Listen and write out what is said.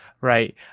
Right